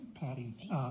Patty